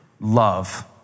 love